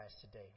today